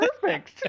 Perfect